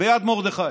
ביד מרדכי.